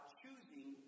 choosing